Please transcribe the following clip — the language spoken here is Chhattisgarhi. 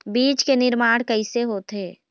बीज के निर्माण कैसे होथे?